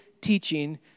teaching